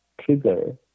trigger